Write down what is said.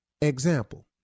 Example